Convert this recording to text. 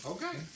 Okay